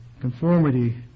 Conformity